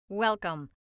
Welcome